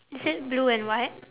is it blue and white